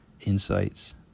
insights